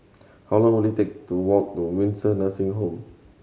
how long will it take to walk to Windsor Nursing Home